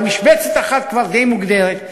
אבל משבצת אחת כבר די מוגדרת.